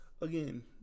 Again